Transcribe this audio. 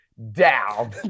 down